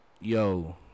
yo